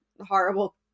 horrible